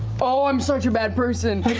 oh, i'm such a bad person.